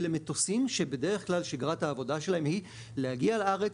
כי אלה מטוסים שבדרך כלל שגרת העבודה שלהן היא להגיע לארץ,